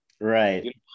right